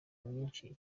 myinshi